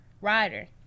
rider